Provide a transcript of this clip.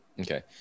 Okay